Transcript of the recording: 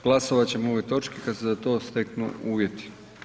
Glasovat ćemo o ovoj točki kad se za to steknu uvjeti.